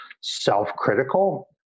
self-critical